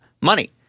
money